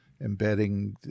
Embedding